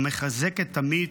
המחזקת תמיד"